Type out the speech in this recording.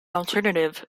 alternative